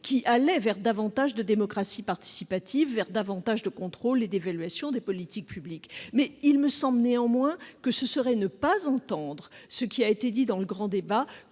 allant vers davantage de démocratie participative, de contrôle et d'évaluation des politiques publiques. Il me semble néanmoins que ce serait ne pas entendre ce qui a été dit dans le grand débat